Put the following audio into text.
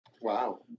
Wow